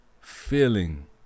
feeling